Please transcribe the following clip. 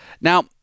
Now